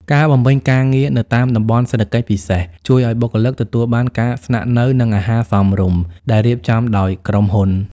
ការបំពេញការងារនៅតាមតំបន់សេដ្ឋកិច្ចពិសេស ជួយឱ្យបុគ្គលិកទទួលបានការស្នាក់នៅ និងអាហារសមរម្យដែលរៀបចំដោយក្រុមហ៊ុន។